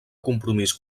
compromís